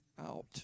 out